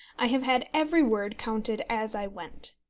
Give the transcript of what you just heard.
i have had every word counted as i went.